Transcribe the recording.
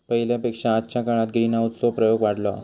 पहिल्या पेक्षा आजच्या काळात ग्रीनहाऊस चो प्रयोग वाढलो हा